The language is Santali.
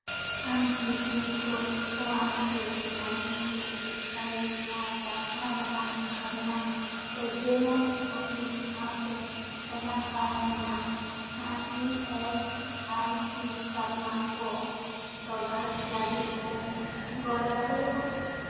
ᱟᱢ ᱠᱤ pincode one six nine two eight five ᱟᱨ ᱛᱟᱞᱢᱟ ᱨᱮᱱᱟᱜ ᱫᱷᱚᱨᱱᱟ ᱨᱮᱡᱤᱭᱳᱱᱟᱞ ᱚᱯᱷᱤᱥ ᱥᱟᱶᱛᱮ ᱮᱞᱟᱠᱟ ᱨᱮᱱᱟᱜ E S I C Talma ᱠᱚ ᱛᱚᱞᱟᱥ ᱞᱟᱹᱜᱤᱫ ᱛᱮᱢ ᱜᱚᱲᱚ ᱫᱟᱲᱮᱭᱟᱜᱼᱟ